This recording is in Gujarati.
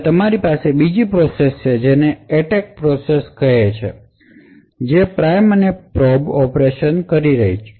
હવે તમારી પાસે બીજી પ્રોસેસ છે જે એટેક પ્રોસેસ છે જે પ્રાઇમ અને પ્રોબ ઓપરેશન કરી રહી છે